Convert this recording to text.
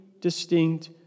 distinct